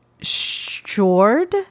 Short